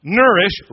nourish